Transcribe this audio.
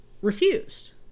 refused